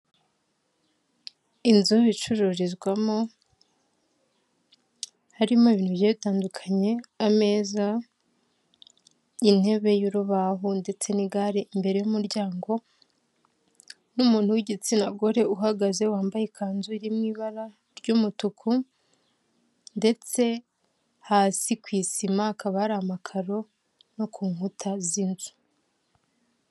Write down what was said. Inzu icururizwamo, harimo ibintu bigiye bitandukanye, ameza, intebe y'urubaho ndetse n'igare imbere y'umuryango n'umuntu w'igitsina gore uhagaze wambaye ikanzu iririmo ibara ry'umutuku ndetse hasi ku isima hakaba hari amakaro no ku nkuta z'inzu.